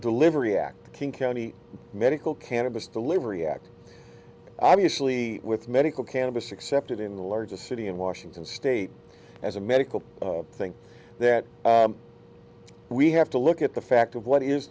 delivery act the king county medical cannabis delivery act obviously with medical cannabis accepted in the largest city in washington state as a medical thing that we have to look at the fact of what is